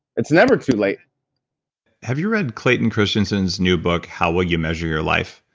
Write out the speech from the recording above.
it's never too late have you read clayton christensen's new book how will you measure your life?